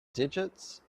digits